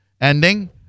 ending